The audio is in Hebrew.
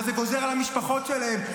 מה זה גוזר על המשפחות שלהם?